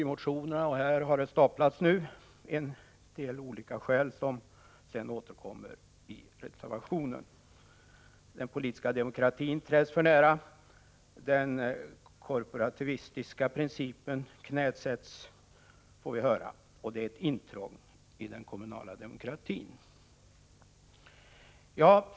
I motionerna och här i kammaren har man staplat olika skäl som återkommer i reservationen. Man anser att den politiska demokratin träds för nära, att den korporativistiska principen knäsätts och att förslaget innebär ett intrång i den kommunala demokratin.